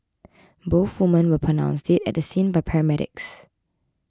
both women were pronounced dead at the scene by paramedics